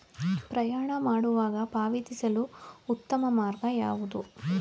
ಪ್ರಯಾಣ ಮಾಡುವಾಗ ಪಾವತಿಸಲು ಉತ್ತಮ ಮಾರ್ಗ ಯಾವುದು?